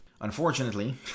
Unfortunately